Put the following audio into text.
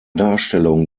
darstellung